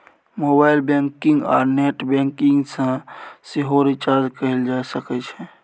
mobile banking आ net banking सँ सेहो रिचार्ज कएल जा सकै छै